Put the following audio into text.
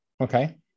Okay